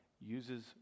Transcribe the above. uses